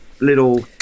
little